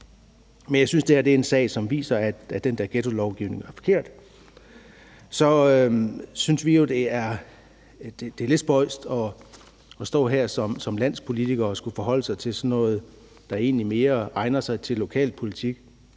Men jeg synes, at det her er en sag, som viser, at den der ghettolovgivning er forkert. Så synes vi jo, at det er lidt spøjst at stå her som landspolitikere og skulle forholde sig til sådan noget, der egentlig mere egner sig til lokalpolitik.